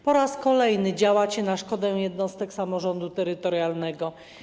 Po raz kolejny działacie na szkodę jednostek samorządu terytorialnego.